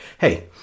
hey